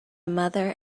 mother